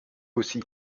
aussi